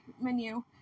menu